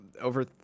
over